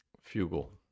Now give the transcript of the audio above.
Fugle